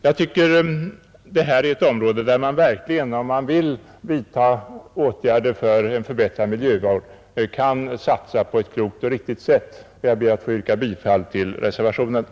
Jag tycker att detta är ett område där man verkligen, om man vill vidta åtgärder för en förbättrad miljövård, kan satsa på ett klokt och riktigt sätt i enlighet med förslaget, och jag ber att få yrka bifall till reservationen 7.